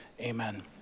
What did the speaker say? amen